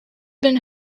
been